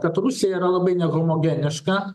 kad rusija yra labai nehomogeniška